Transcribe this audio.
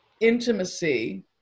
intimacy